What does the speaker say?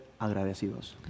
agradecidos